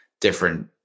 different